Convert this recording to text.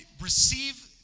receive